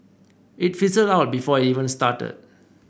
it fizzled out before even started